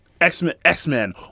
X-Men